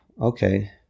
okay